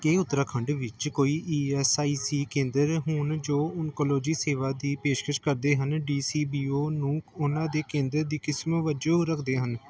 ਕੀ ਉੱਤਰਾਖੰਡ ਵਿੱਚ ਕੋਈ E S I C ਕੇਂਦਰ ਹੋਣ ਜੋ ਓਨਕੋਲੋਜੀ ਸੇਵਾ ਦੀ ਪੇਸ਼ਕਸ਼ ਕਰਦੇ ਹਨ ਡੀ ਸੀ ਬੀ ਓ ਨੂੰ ਉਹਨਾਂ ਦੇ ਕੇਂਦਰ ਦੀ ਕਿਸਮ ਵਜੋਂ ਰੱਖਦੇ ਹਨ